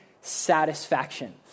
satisfaction